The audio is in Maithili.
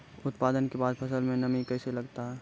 उत्पादन के बाद फसल मे नमी कैसे लगता हैं?